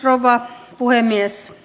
rouva puhemies